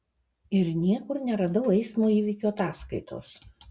ir niekur neradau eismo įvykio ataskaitos